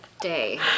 day